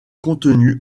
contenu